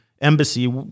embassy